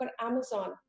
Amazon